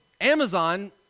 Amazon